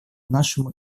нашему